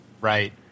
Right